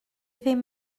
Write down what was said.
ddim